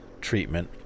treatment